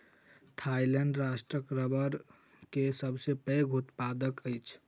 Thailand राष्ट्र रबड़ के सबसे पैघ उत्पादक अछि